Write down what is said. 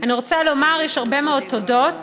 אני רוצה לומר, יש הרבה מאוד תודות.